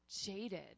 jaded